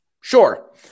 sure